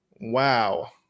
wow